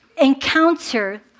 encounter